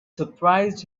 surprised